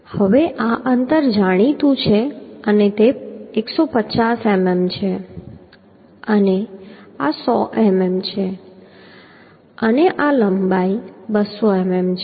હવે આ અંતર જાણીતું છે તે 150 મીમી છે અને આ 100 મીમી છે અને આ લંબાઈ 200 મીમી છે